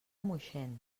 moixent